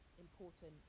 important